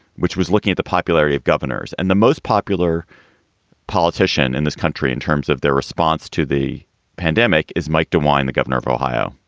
which was looking at the popularity of governors and the most popular politician in this country in terms of their response to the pandemic is mike dewine, the governor of ohio,